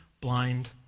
blind